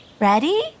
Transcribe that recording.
Ready